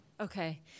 Okay